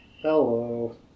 Hello